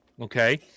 Okay